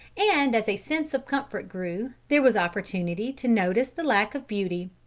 and as a sense of comfort grew, there was opportunity to notice the lack of beauty.